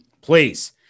please